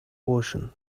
ocean